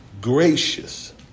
gracious